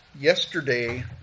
yesterday